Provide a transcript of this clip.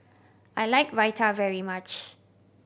I like Raita very much